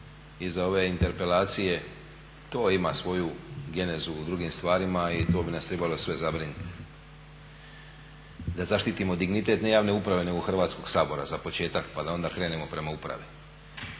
iza ove interpelacije, to ima svoju genezu u drugim stvarima i to bi nas trebalo sve zabrinuti da zaštitimo dignitet ne javne uprave nego Hrvatskog sabora za početak, pa da onda krenemo prema upravi.